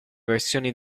versioni